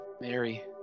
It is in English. Mary